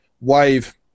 wave